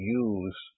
use